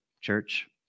church